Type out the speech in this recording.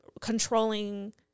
controlling